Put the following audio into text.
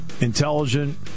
intelligent